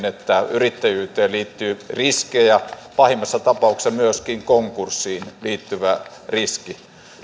yrittäjyyteen liittyy riskejä pahimmassa tapauksessa myöskin konkurssiin liittyvä riski